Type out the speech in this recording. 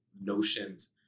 notions